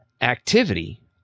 activity